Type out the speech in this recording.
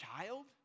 child